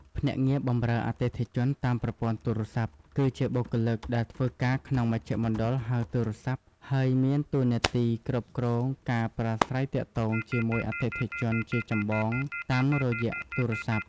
ភ្នាក់ងារបម្រើអតិថិជនតាមប្រព័ន្ធទូរស័ព្ទ គឺជាបុគ្គលិកដែលធ្វើការក្នុងមជ្ឈមណ្ឌលហៅទូរស័ព្ទ ហើយមានតួនាទីគ្រប់គ្រងការប្រាស្រ័យទាក់ទងជាមួយអតិថិជនជាចម្បងតាមរយៈទូរស័ព្ទ។